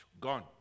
gone